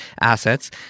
assets